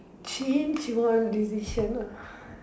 she she want decision ah